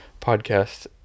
podcast